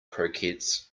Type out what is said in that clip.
croquettes